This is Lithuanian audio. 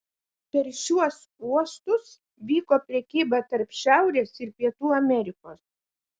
per šiuos uostus vyko prekyba tarp šiaurės ir pietų amerikos